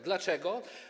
Dlaczego?